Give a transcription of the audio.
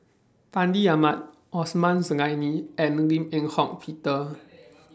Fandi Ahmad Osman Zailani and Lim Eng Hock Peter